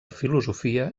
filosofia